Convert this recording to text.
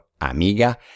amiga